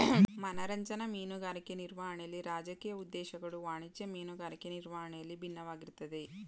ಮನರಂಜನಾ ಮೀನುಗಾರಿಕೆ ನಿರ್ವಹಣೆಲಿ ರಾಜಕೀಯ ಉದ್ದೇಶಗಳು ವಾಣಿಜ್ಯ ಮೀನುಗಾರಿಕೆ ನಿರ್ವಹಣೆಯಲ್ಲಿ ಬಿನ್ನವಾಗಿರ್ತದೆ